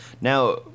Now